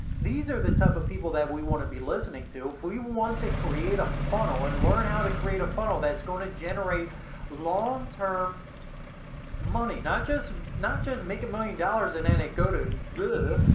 these are the type of people that we want to be listening to. if we want to create a funnel and learn how to create a funnel, that's going to generate longterm money. not just not just make a million dollars and then and go to blah.